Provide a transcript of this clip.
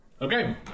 Okay